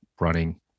running